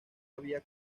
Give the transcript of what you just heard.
había